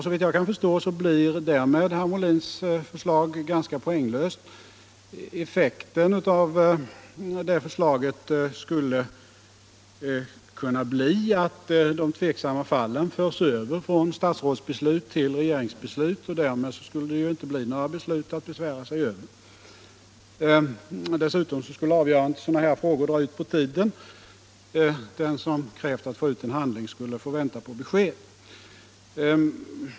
Såvitt jag kan förstå blir därmed herr Molins förslag ganska poänglöst. Effekten av det förslaget skulle kunna vara att de tveksamma fallen förs över från statsrådsbeslut till regeringsbeslut, och därmed skulle det inte bli några beslut att besvära sig över. Dessutom skulle avgörandet i sådana här frågor dra ut på tiden. Den som krävt att få tillgång till en handling skulle få vänta på besked.